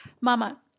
mama